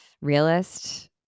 Realist